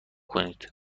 کنید